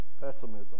pessimism